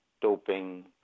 doping